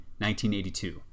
1982